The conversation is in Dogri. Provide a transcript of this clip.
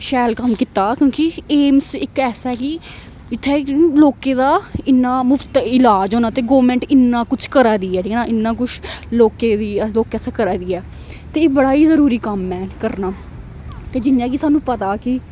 शैल कम्म कीता क्योंकि एम्स इक ऐसा ऐ कि इत्थें लोकें दा इन्ना मु्त इईलाज होना ते गौरमेंट इन्ना कुछ करा दी ऐ ठीक इन्ना कुछ लोकें दी लोकें आस्तै करा दी ऐ ते एह् बड़ा ई जरूरी कम्म ऐ करना ते जियां कि सानू पता कि